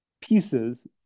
pieces